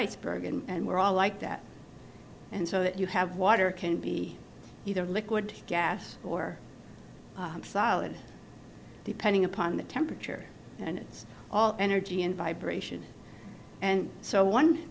iceberg and we're all like that and so that you have water can be either liquid gas or solid depending upon the temperature and it's all energy and vibration and so one